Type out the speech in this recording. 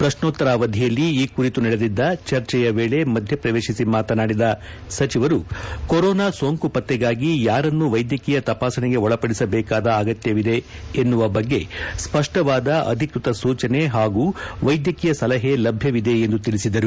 ಪ್ರಕ್ನೋತ್ತರ ಅವಧಿಯಲ್ಲಿ ಈ ಕುರಿತು ನಡೆದಿದ್ದ ಚರ್ಚೆಯ ವೇಳೆ ಮಧ್ಯಪ್ರವೇಶಿಸಿ ಮಾತನಾಡಿದ ಸಚಿವರು ಕೊರೋನಾ ಸೋಂಕು ಪತ್ತೆಗಾಗಿ ಯಾರನ್ನು ವೈದ್ಯಕೀಯ ತಪಾಸಣೆಗೆ ಒಳಪಡಿಸಬೇಕಾದ ಅಗತ್ತವಿದೆ ಎನ್ನುವ ಬಗ್ಗೆ ಸ್ವಪ್ಪವಾದ ಅಧಿಕೃತ ಸೂಚನೆ ಹಾಗೂ ವೈದ್ಯಕೀಯ ಸಲಹೆ ಲಭ್ಯವಿದೆ ಎಂದು ಅವರು ತಿಳಿಸಿದರು